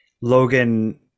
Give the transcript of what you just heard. logan